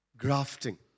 grafting